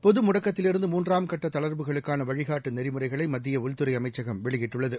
பொது முடக்கத்திலிருந்து மூன்றாம் கட்ட தளர்வுகளுக்கான வழிகாட்டு நெறிமுறைகளை மத்திய உள்துறை அமைச்சகம் வெளியிட்டுள்ளது